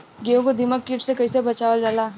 गेहूँ को दिमक किट से कइसे बचावल जाला?